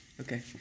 Okay